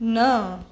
न